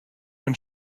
when